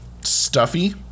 stuffy